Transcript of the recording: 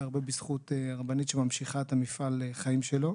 והרבה בזכות הרבנית שממשיכה את מפעל החיים שלו.